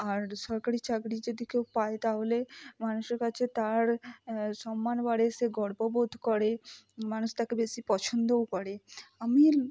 আর সরকারি চাকরি যদি কেউ পায় তাহলে মানুষের কাছে তার সম্মান বাড়ে সে গর্ববোধ করে মানুষ তাকে বেশি পছন্দও করে আমি